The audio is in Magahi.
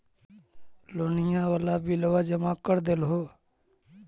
लोनिया वाला बिलवा जामा कर देलहो?